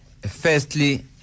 Firstly